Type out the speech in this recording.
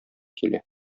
килә